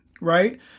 Right